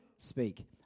Speak